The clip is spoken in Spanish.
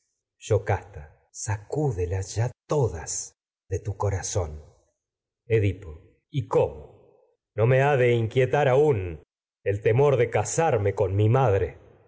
yocasta edipo sacúdelas ya todas de tu corazón y cómo con no mi me ha de inquietar aún el temor de casarme madre